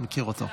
אני מכיר אותו.